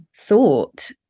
Thought